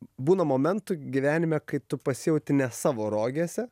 būna momentų gyvenime kai tu pasijauti ne savo rogėse